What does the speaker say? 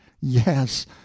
Yes